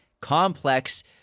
complex